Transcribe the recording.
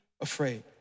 afraid